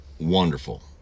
wonderful